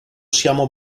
siamo